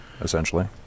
essentially